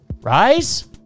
Rise